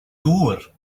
gŵr